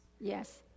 Yes